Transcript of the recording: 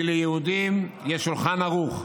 כי ליהודים יש שולחן ערוך,